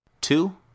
Two